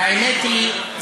האמת היא,